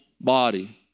body